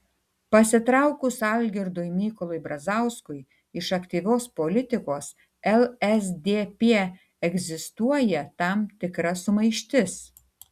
pasitraukus algirdui mykolui brazauskui iš aktyvios politikos lsdp egzistuoja tam tikra sumaištis